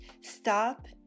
stop